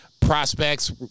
prospects